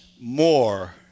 more